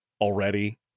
already